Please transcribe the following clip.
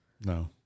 No